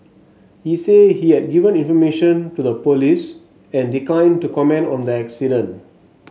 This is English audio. he said he had given information to the police and declined to comment on the accident